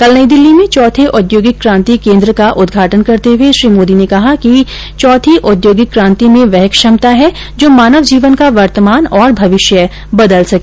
कल नई दिल्ली में चौथे औद्योगिक क्रांति केन्द्र का उद्घाटन करते हुए श्री मोदी ने कहा कि चौथी औद्योगिक क्रांति में वह क्षमता है जो मानव जीवन का वर्तमान और भविष्य बदल सके